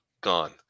Gone